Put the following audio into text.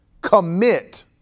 commit